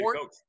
coach